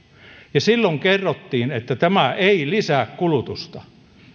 ja silloin kerrottiin että tämä ei lisää kulutusta